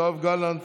יואב גלנט,